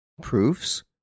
Proofs